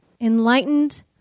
enlightened